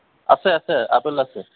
আছে আছে আপেল আছে